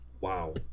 Wow